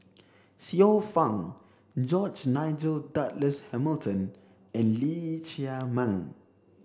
Xiu Fang George Nigel Douglas Hamilton and Lee Chiaw Meng